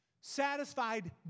satisfied